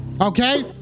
Okay